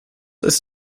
ist